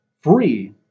free